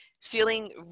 feeling